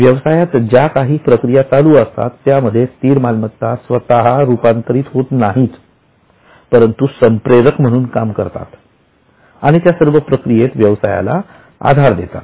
व्यवसायात ज्या काही प्रक्रिया चालू असतात त्यामध्ये स्थिर मालमत्ता स्वतः रूपांतरित होत नाहीत परंतु संप्रेरक म्हणून काम करतात आणि त्या सर्व प्रक्रियेत व्यवसायाला आधार देतात